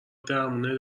درمون